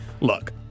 Look